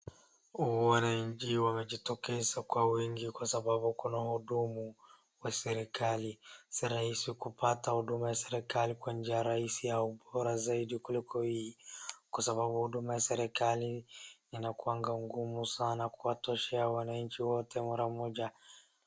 Wananchi wamejitokeza kwa wingi kwa sababu kuna wahudumu wa serikali. Si rahisi kupata huduma ya serikali kwa njia rahisi au bora zaidi kuliko hii kwa sababu huduma ya serikali inakuaga ngumu sana kuwatoshea wananchi wote mara moja.